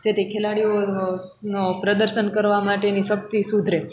જેથી ખેલાડીઓ નો પ્રદર્શન કરવા માટેની શક્તિ સુધરે